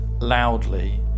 loudly